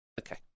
okay